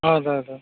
ಹೌದ್ ಹೌದು